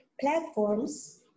platforms